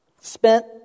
spent